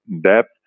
depth